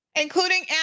including